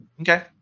Okay